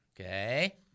Okay